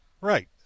Right